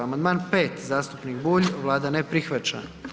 Amandman 5. zastupnik Bulj, Vlada ne prihvaća.